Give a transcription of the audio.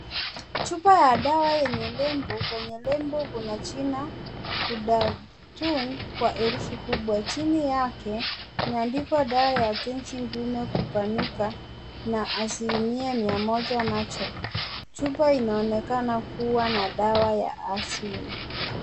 Chupa ya dawa yenye lebo. Kwenye lebo kuna jina Ghudatun kwa herufi kubwa. Chini yake kumeandikwa dawa ya tenzi ndume kupanuka na asilimia mia moja natural . Chupa inaonekana kuwa na dawa ya asili.